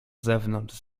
zewnątrz